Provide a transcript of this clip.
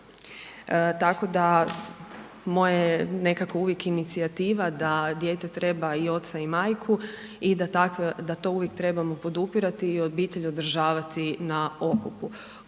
Tako da moja je nekako uvijek inicijativa da dijete treba i oca i majku i da to uvijek trebamo podupirati i obitelj održavati na okupu